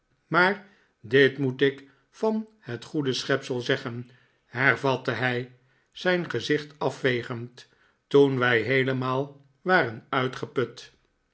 maar dit moet ik van het goede schepsel zeggen hervatte hij zijn gezicht afvegend toen wij heelemaal waren uitgeput